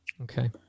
Okay